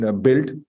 built